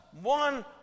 one